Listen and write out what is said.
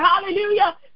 Hallelujah